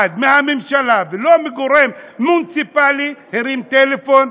ואף אחד מהממשלה או מגורם מוניציפלי לא הרים טלפון: